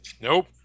Nope